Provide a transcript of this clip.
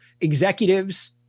executives